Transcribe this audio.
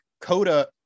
Coda